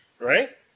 right